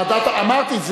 אמרתי,